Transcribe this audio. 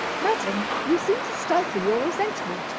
madam, you seem to stifle your resentment.